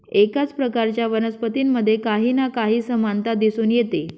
एकाच प्रकारच्या वनस्पतींमध्ये काही ना काही समानता दिसून येते